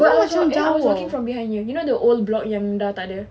I was walking I was walking from behind here you know the old block yang dah tak ada